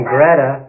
Greta